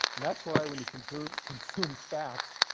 that's why when you consume consume fats,